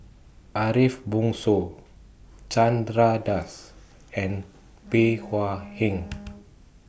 Ariff Bongso Chandra Das and Bey Hua Heng